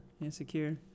Insecure